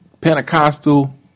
Pentecostal